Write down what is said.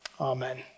Amen